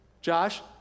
Josh